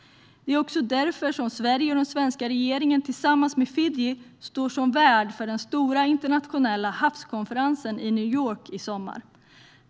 Det är också därför som Sverige och den svenska regeringen tillsammans med Fiji står som värd för den stora internationella havskonferensen i New York i sommar.